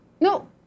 no